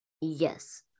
Yes